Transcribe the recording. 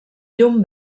llum